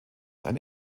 eine